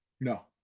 no